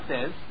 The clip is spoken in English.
says